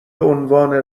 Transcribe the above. عنوان